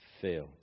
fail